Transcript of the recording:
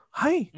hi